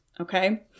okay